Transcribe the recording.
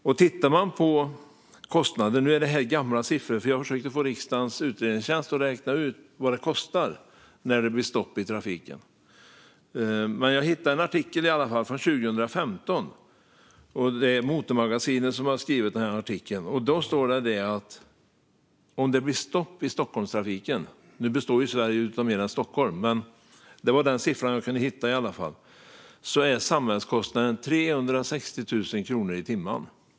Ser man till den totala kostnaden - detta är gamla siffror; jag försökte att få riksdagens utredningstjänst att räkna ut vad det kostar när det blir stopp i trafiken - har jag uppgifter ur en artikel i Motormagasinet från 2015. Där står det att om det blir stopp i Stockholmstrafiken - nu består ju Sverige av mer än Stockholm, men detta var den siffra jag kunde hitta - är samhällskostnaden 360 000 kronor i timmen.